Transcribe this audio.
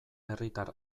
herritar